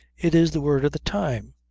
it is the word of the time.